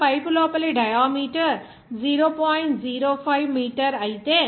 ఇప్పుడు పైపు లోపలి డయామీటర్ 0